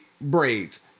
braids